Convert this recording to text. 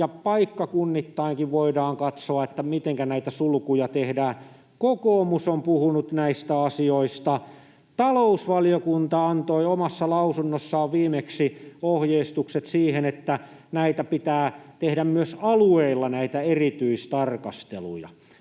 ja paikkakunnittainkin voidaan katsoa, mitenkä näitä sulkuja tehdään. Kokoomus on puhunut näistä asioista. Talousvaliokunta antoi omassa lausunnossaan viimeksi ohjeistukset siihen, että näitä erityistarkasteluja